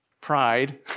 pride